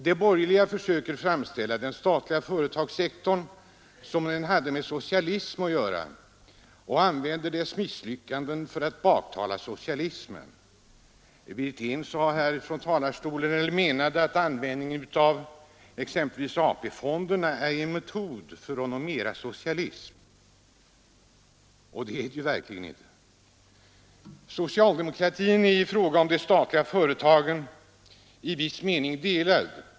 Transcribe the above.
De borgerliga försöker framställa den statliga företagssektorn som om den hade med socialism att göra och använder dess misslyckanden för att baktala socialismen. Herr Wirtén sade härifrån talarstolen att användningen av exempelvis AP-fonderna är en metod för att nå mera socialism. Det är den verkligen inte. Socialdemokratin är i fråga om de statliga företagen i viss mening delad.